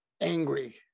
angry